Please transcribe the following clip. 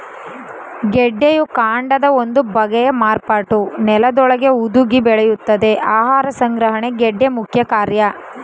ಗೆಡ್ಡೆಯು ಕಾಂಡದ ಒಂದು ಬಗೆಯ ಮಾರ್ಪಾಟು ನೆಲದೊಳಗೇ ಹುದುಗಿ ಬೆಳೆಯುತ್ತದೆ ಆಹಾರ ಸಂಗ್ರಹಣೆ ಗೆಡ್ಡೆ ಮುಖ್ಯಕಾರ್ಯ